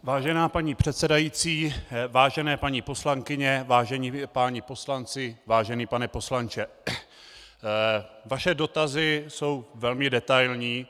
Vážená paní předsedající, vážené paní poslankyně, vážení páni poslanci, vážený pane poslanče, vaše dotazy jsou velmi detailní.